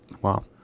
Wow